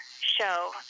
show